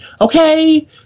Okay